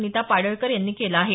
नीता पाडळकर यांनी केलं आहे